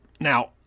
now